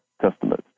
customers